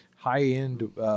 high-end